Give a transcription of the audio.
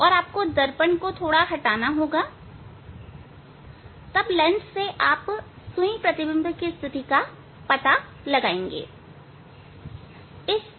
और आपको दर्पण को हटाना होगा तब लेंस से आपको सुई प्रतिबिंब की स्थिति का पता लगाना होगा